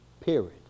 period